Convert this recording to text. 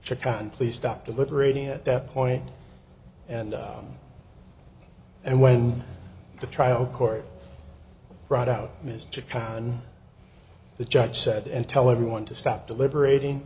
check on please stop deliberating at that point and and when the trial court brought out mr kahn the judge said and tell everyone to stop deliberating